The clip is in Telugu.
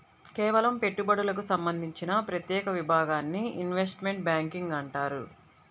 కేవలం పెట్టుబడులకు సంబంధించిన ప్రత్యేక విభాగాన్ని ఇన్వెస్ట్మెంట్ బ్యేంకింగ్ అంటారు